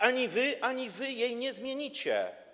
Ani wy, ani wy jej nie zmienicie.